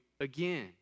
again